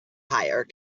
hire